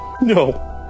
No